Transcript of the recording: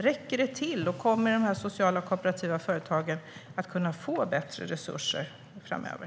Räcker det till, och kommer de sociala och kooperativa företagen att kunna få bättre resurser framöver?